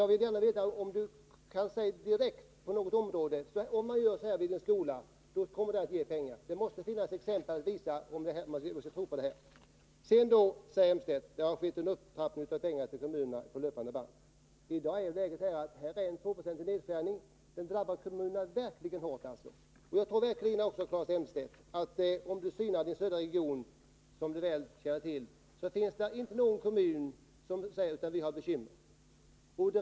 Kan ni ge något exempel från någon skola och på något område där det här skulle innebära några inkomster? Om man skall kunna tro på ett sådant påstående, måste det också gå att ge något exempel. Sedan sade Claes Elmstedt att det på löpande band har blivit en upptrappning när det gäller pengar till kommunerna. I dag är det fråga om en 2-procentig nedskärning, och den drabbar kommunerna verkligt hårt. Jag tror också, Claes Elmstedt, att om ni undersöker den södra regionen, som ni väl känner till, finner ni att det inte finns någon kommun som inte säger sig ha bekymmer.